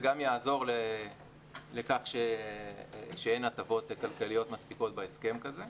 זה גם יעזור לכך שאין הטבות כלכליות מספיקות בהסכם כזה.